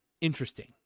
interesting